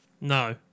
No